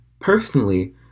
personally